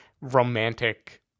romantic